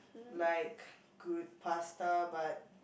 like good pasta but